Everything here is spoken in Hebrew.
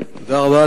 תודה רבה.